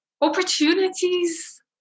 Opportunities